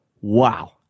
Wow